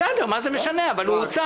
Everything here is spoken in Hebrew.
בסדר, מה זה משנה, אבל הוא הוצא.